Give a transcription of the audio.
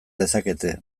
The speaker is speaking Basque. dezakete